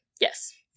Yes